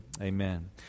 Amen